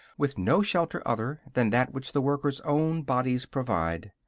with no shelter other than that which the workers' own bodies provide.